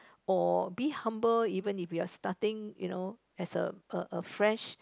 or be humble even you be a starting you know as a a a fresh